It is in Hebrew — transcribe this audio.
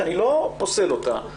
שאני לא פוסל אותה,